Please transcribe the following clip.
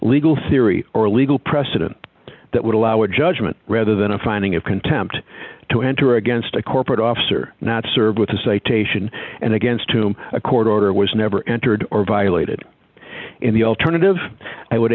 legal theory or legal precedent that would allow a judgment rather than a finding of contempt to enter against a corporate officer not served with a citation and against whom a court order was never entered or violated in the alternative i would